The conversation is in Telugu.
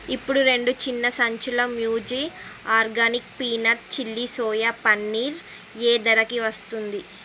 ఇప్పుడు రెండు చిన్న సంచులు మ్యూజి organic peanut chilli soya paneer ఏ ధరకి వస్తుంది